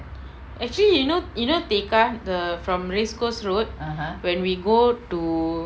actually you know you know tekka the from race course road when we go to